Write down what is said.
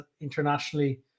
internationally